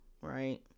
right